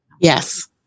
Yes